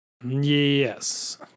yes